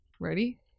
ready